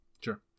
Sure